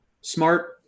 smart